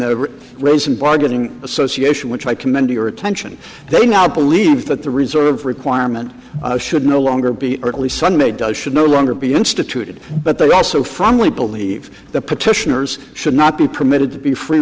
the reason bargaining association which i commend to your attention they now believe that the reserve requirement should no longer be early sunday does should no longer be instituted but they also firmly believe the petitioners should not be permitted to be free